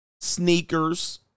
sneakers